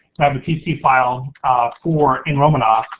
i have a pc file for nromanoff